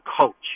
coach